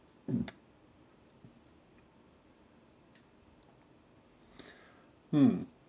hmm